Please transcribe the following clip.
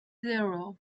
zero